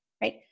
right